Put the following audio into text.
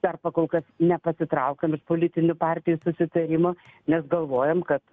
dar pakolkas nepatitraukiam iš politinių partijų susitarimo nes galvojam kad